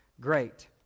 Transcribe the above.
great